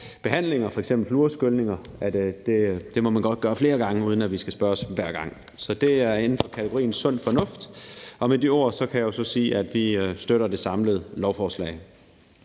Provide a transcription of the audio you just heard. behandlinger, f.eks. fluorskyldninger, flere gange, uden at forældrene skal spørges hver gang. Så det er inden for kategorien sund fornuft. Og med de ord kan jeg sige, at vi støtter det samlede lovforslag.